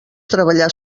treballar